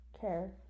care